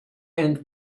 and